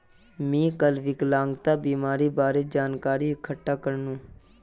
मी काल विकलांगता बीमार बारे जानकारी इकठ्ठा करनु